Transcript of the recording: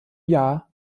jahr